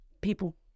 people